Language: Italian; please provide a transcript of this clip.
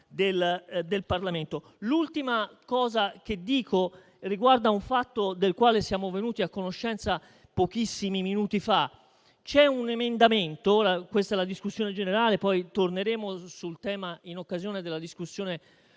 L'ultima cosa che dico riguarda un fatto del quale siamo venuti a conoscenza pochissimi minuti fa. Mi viene detto che c'è un emendamento - ora siamo in discussione generale e torneremo sul tema in occasione della discussione